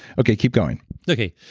okay, keep going okay.